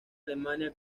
alemania